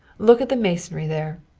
look at the masonry there.